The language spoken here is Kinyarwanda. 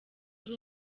ari